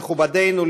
מכובדינו,